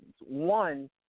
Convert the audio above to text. one